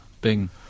Bing